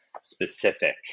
specific